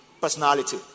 personality